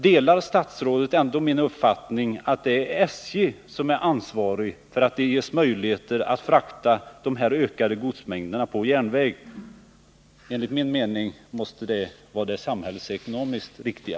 Delar statsrådet min uppfattning att det är SJ som har ansvaret för att det ges möjligheter att frakta dessa ökade godsmängder på järnväg? Det måste ju vara det samhällsekonomiskt riktiga.